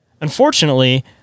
Unfortunately